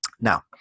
Now